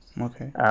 Okay